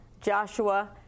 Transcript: Joshua